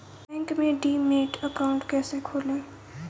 Bank में demat account कैसे खोलें?